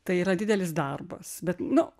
tai yra didelis darbas bet nu